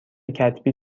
کتبی